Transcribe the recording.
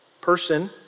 person